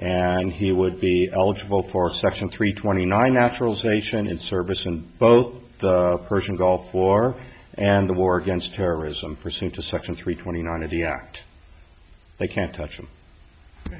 and he would be eligible for section three twenty nine naturalization service in both persian gulf war and the war against terrorism for some to section three twenty nine of the act they can't touch him